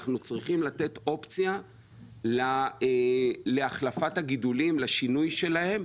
אנחנו צריכים לתת אופציה להחלפת הגידולים ולשינוי שלהם.